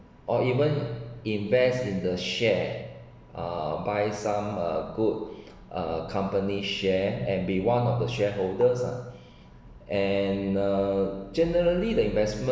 or even invest in the share uh by some uh good uh companies share and be one of the shareholders ah and uh generally the invest~